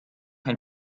ein